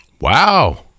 Wow